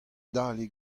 dale